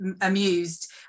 amused